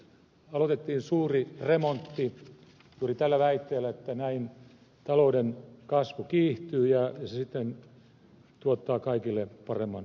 aloitettiin suuri remontti juuri tällä väitteellä että näin talouden kasvu kiihtyy ja se sitten tuottaa kaikille paremman tuloksen